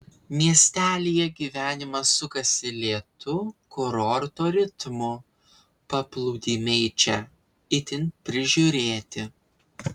miestelyje gyvenimas sukasi lėtu kurorto ritmu paplūdimiai čia itin prižiūrėti